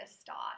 start